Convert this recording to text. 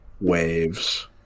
waves